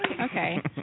Okay